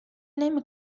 نمی